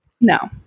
no